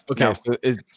Okay